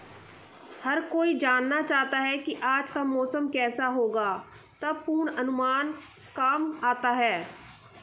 हर कोई जानना चाहता है की आज का मौसम केसा होगा तब पूर्वानुमान काम आता है